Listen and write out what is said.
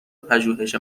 پژوهش